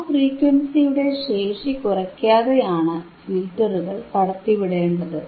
ആ ഫ്രീക്വൻസിയുടെ ശേഷി കുറയ്ക്കാതെയാണ് ഫിൽറ്ററുകൾ കടത്തിവിടേണ്ടത്